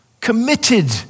committed